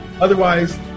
Otherwise